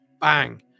bang